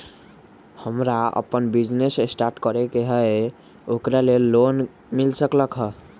हमरा अपन business start करे के है ओकरा लेल लोन मिल सकलक ह?